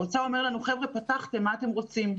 האוצר אומר לנו, פתחתם, מה אתם רוצים?